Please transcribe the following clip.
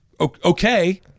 Okay